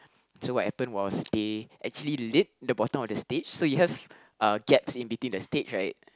so what happened was they actually lit the bottom of the stage so you have uh gaps in between the stage right